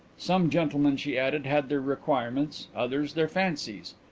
some gentlemen, she added, had their requirements, others their fancies.